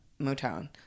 Motown